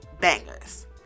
bangers